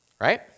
Right